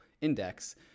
index